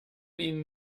ihnen